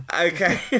Okay